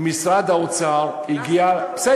משרד האוצר הגיע לפשרה הזאת.